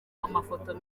amafoto